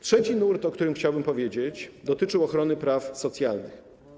Trzeci nurt, o którym chciałbym powiedzieć, dotyczył ochrony praw socjalnych.